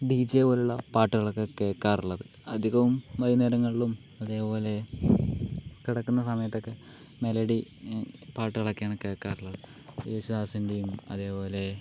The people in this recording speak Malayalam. ഡി ജെ പോലുള്ള പാട്ടുകളൊക്കെ കേൾക്കാറുള്ളത് അധികവും വൈകുന്നേരങ്ങളിലും അതേപോലെ കിടക്കുന്ന സമയത്തൊക്കെ മെലഡി പാട്ടുകളൊക്കെയാണ് കേൾക്കാറുള്ളത് യേശുദാസിൻ്റെയും അതേ പോലെ